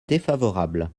défavorable